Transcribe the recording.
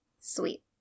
Sweet